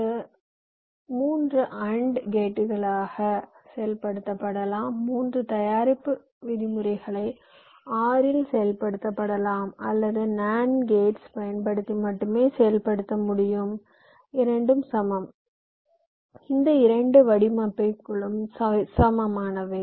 இது 3 அண்ட் கேட்டுகளாக செயல்படுத்தப்படலாம் 3 தயாரிப்பு விதிமுறைகளை OR ஆல் செயல்படுத்தலாம் அல்லது நாண்ட் கேட்ஸ் பயன்படுத்தி மட்டுமே செயல்படுத்த முடியும் இரண்டும் சமம் இந்த இரண்டு வடிவமைப்புகளும் சமமானவை